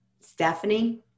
Stephanie